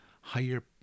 higher